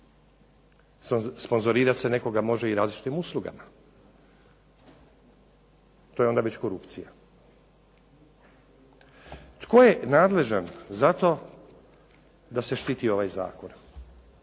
sponzorirati se može nekoga sa raznim uslugama, to je onda već korupcija. Tko je nadležan za to da se štiti ovaj Zakon.